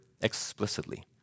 explicitly